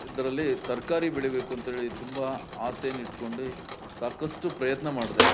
ಇದರಲ್ಲಿ ತರಕಾರಿ ಬೆಳಿಬೇಕೂಂತ ಹೇಳಿ ತುಂಬ ಆಸೇನ್ನ ಇಟ್ಕೊಂಡು ಸಾಕಷ್ಟು ಪ್ರಯತ್ನ ಮಾಡಿದೆ